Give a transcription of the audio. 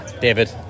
David